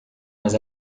mas